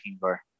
bar